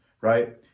right